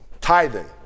tithing